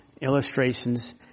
illustrations